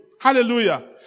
hallelujah